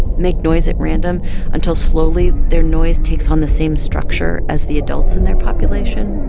make noise at random until slowly their noise takes on the same structure as the adults in their population?